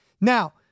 Now